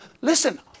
listen